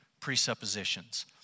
presuppositions